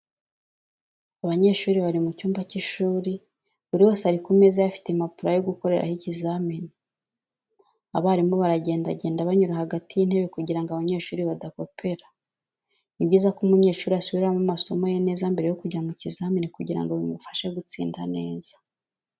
Abanyeshuri bari mu cyumba cy'ishuri, buri wese ari ku meza ye afite impapuro ari gukoreraho ikizamini, abarimu baragendagenda banyura hagati y'intebe kugira ngo abanyeshuri badakopera. Ni byiza ko umunyeshuri asubiramo amasomo ye neza mbere yo kujya mu kizamini kugira ngo bimufashe gutsinda neza.